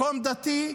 מקום דתי,